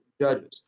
judges